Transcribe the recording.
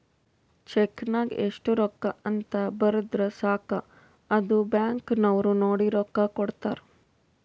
check ನಾಗ್ ಎಸ್ಟ್ ರೊಕ್ಕಾ ಅಂತ್ ಬರ್ದುರ್ ಸಾಕ ಅದು ಬ್ಯಾಂಕ್ ನವ್ರು ನೋಡಿ ರೊಕ್ಕಾ ಕೊಡ್ತಾರ್